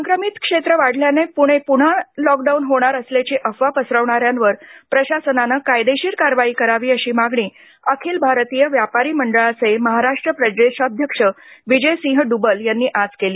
संक्रमित क्षेत्र वाढल्याने पुणे पुन्हा लॉकडाऊन होणार असल्याची अफवा पसरविणाऱ्यांवर प्रशासनाने कायदेशीर कारवाई करावी अशी मागणी अखिल भारतीय व्यापारी मंडळाचे महाराष्ट्र प्रदेशाध्यक्ष विजयसिंह डुबल यांनी आज केली